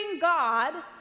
God